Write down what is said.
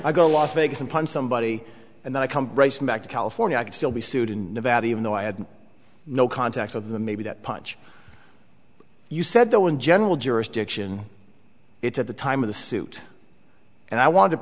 i go to las vegas and punch somebody and then i come back to california i could still be sued in nevada even though i had no contacts of the maybe that punch you said though in general jurisdiction it at the time of the suit and i want to